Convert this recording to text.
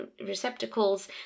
receptacles